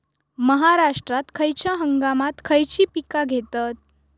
महाराष्ट्रात खयच्या हंगामांत खयची पीका घेतत?